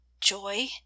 Joy